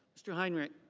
mr. heinrich.